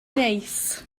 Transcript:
neis